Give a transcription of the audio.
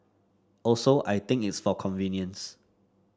also I think it's for convenience